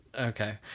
Okay